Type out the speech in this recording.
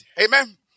Amen